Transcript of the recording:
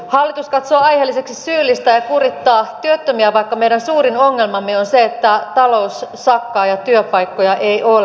hallitus katsoo aiheelliseksi syyllistää ja kurittaa työttömiä vaikka meidän suurin ongelmamme on se että talous sakkaa ja työpaikkoja ei ole